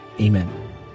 Amen